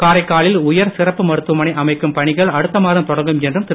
காரைக்காலில் உயர் சிறப்பு மருத்துவமனை அமைக்கும் பணிகள் அடுத்த மாதம் தொடங்கும் என்றும் திரு